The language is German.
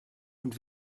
und